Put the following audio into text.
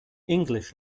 english